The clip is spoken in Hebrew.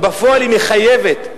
ובפועל היא מחייבת,